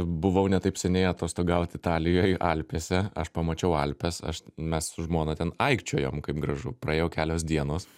buvau ne taip seniai atostogaut italijoj alpėse aš pamačiau alpes aš mes su žmona ten aikčiojom kaip gražu praėjo kelios dienos